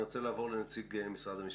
אני רוצה לעבור לנציג משרד המשפטים.